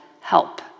help